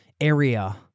area